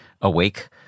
awake